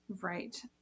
Right